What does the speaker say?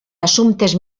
assumptes